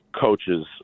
coaches